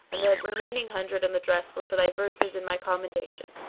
and the remaining hundred and the dress were for thy verses in my commendation